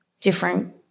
different